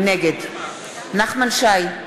נגד נחמן שי,